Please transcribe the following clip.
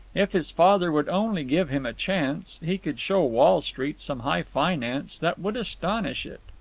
if his father would only give him a chance, he could show wall street some high finance that would astonish it.